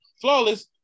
Flawless